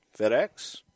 FedEx